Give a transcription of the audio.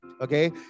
Okay